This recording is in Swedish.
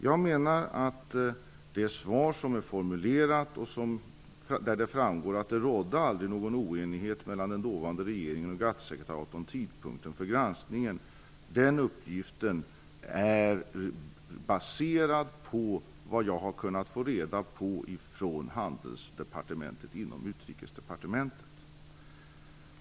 Jag menar att det framgår av det svar som är formulerat att det aldrig rådde någon oenighet mellan den dåvarande regeringen och GATT-sekretariatet om tidpunkten för granskningen. Den uppgiften är baserad på vad jag har kunnat få reda på från Handelsdepartementet inom Utrikesdepartementet.